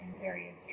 various